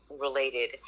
related